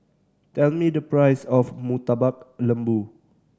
tell me the price of Murtabak Lembu